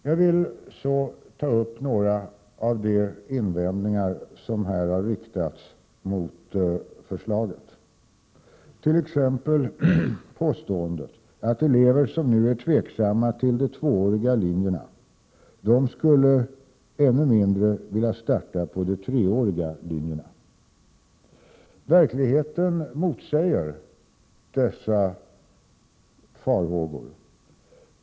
Jag vill så ta upp några av de invändningar som här har riktats mot förslaget, t.ex. påståendet att elever som nu är tveksamma till de tvååriga linjerna ännu mindre skulle vilja starta på de treåriga linjerna. Verkligheten motsäger dessa farhågor.